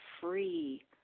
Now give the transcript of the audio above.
free